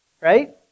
Right